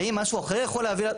האם משהו אחר יכול להביא לעלייה?